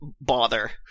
bother